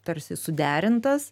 tarsi suderintas